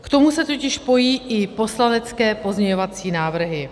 K tomu se totiž pojí i poslanecké pozměňovací návrhy.